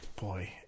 boy